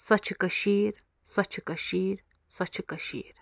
سۄے چھِ کٔشیٖر سۄ چھِ کٔشیٖر سۄ چھِ کٔشیٖر